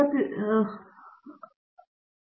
Satyanarayana N Gummadi ಒಂದು ಅಂಶವಿದೆ